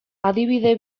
adibide